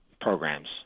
programs